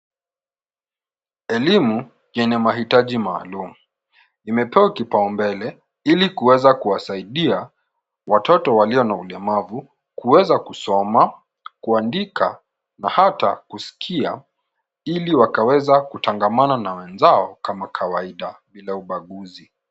Elimu yenye mahitaji maalum imepewa kipaumbele ili kuweza kuwasaidia watoto walio na ulemavu kuweza kusoma, kuandika na hata kusikia ili wakaweza kutangamana na wenzao kama kawaida bila ubaguzi.